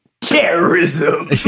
Terrorism